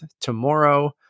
tomorrow